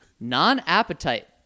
Non-appetite